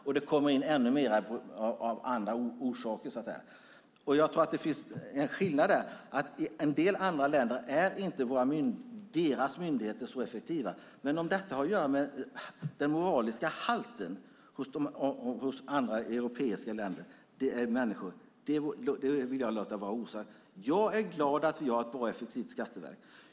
Och det kommer in ännu mer av andra orsaker, så att säga. Jag tror att det finns en skillnad där, att myndigheterna i en del andra länder inte är lika effektiva. Men om detta har att göra med den moraliska halten hos andra europeiska människor vill jag låta vara osagt. Jag är glad över att vi har ett bra och effektivt skatteverk.